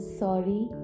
sorry